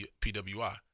PWI